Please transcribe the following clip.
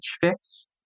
Fix